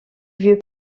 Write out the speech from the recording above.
vieux